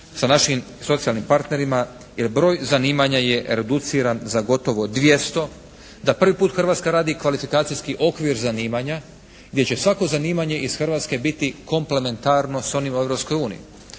sa našim socijalnim partnerima jer broj zanimanja je reduciran za gotovo 200, da prvi put Hrvatska radi kvalifikacijski okvir zanimanja gdje će svako zanimanje iz Hrvatske biti komplementarno sa onim u